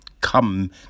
come